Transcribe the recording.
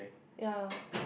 ya